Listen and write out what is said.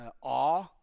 awe